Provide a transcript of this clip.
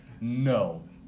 No